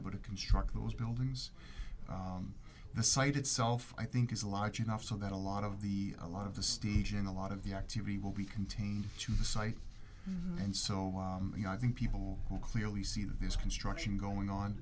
able to construct those buildings the site itself i think is large enough so that a lot of the a lot of the staging a lot of the activity will be contained to the site and so you know i think people will clearly see this construction going on